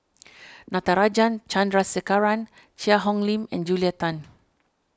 Natarajan Chandrasekaran Cheang Hong Lim and Julia Tan